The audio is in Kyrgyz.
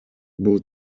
бул